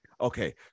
okay